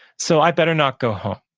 so i better not go home.